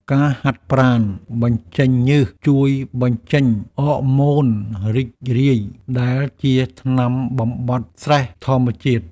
ការហាត់ប្រាណបញ្ចេញញើស ជួយបញ្ចេញ អ័រម៉ូនរីករាយ ដែលជាថ្នាំបំបាត់ស្ត្រេសធម្មជាតិ។